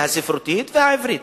הספרותית והעברית.